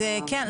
אז כן,